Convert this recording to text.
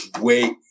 wait